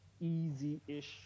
easy-ish